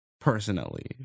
personally